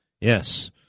Yes